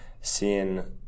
seeing